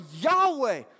Yahweh